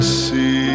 see